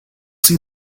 see